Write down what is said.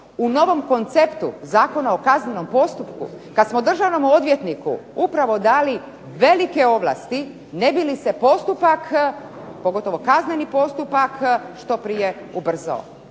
U novom konceptu Zakona o kaznenom postupku kad smo državnom odvjetniku upravo dali velike ovlasti ne bi li se postupak, pogotovo kazneni postupak što prije ubrzao.